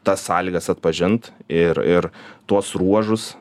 tas sąlygas atpažint ir ir tuos ruožus